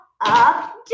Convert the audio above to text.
up